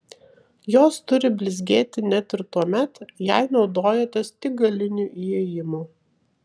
jos turi blizgėti net ir tuomet jei naudojatės tik galiniu įėjimu